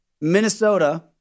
Minnesota